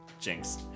Jinx